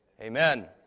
amen